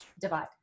divide